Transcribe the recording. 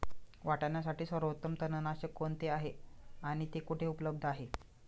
वाटाण्यासाठी सर्वोत्तम तणनाशक कोणते आहे आणि ते कुठे उपलब्ध आहे?